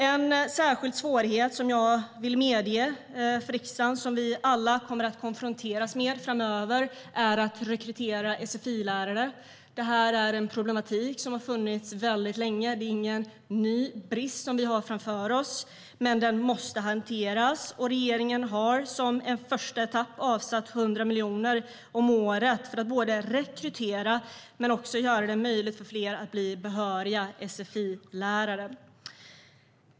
En särskild svårighet som jag vill medge för riksdagen och som vi alla kommer att konfronteras med framöver är att rekrytera sfi-lärare. Det är en problematik som har funnits väldigt länge. Det är inte en brist som vi har framför oss, men situationen måste hanteras. Regeringen har som en första etapp avsatt 100 miljoner om året för att rekrytera men också göra det möjligt för fler att bli behöriga sfi-lärare.